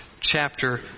chapter